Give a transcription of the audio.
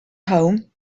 home